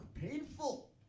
painful